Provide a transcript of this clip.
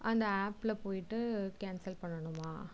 அந்த ஆப்பில் போய்விட்டு கேன்சல் பண்ணனுமா